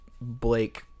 Blake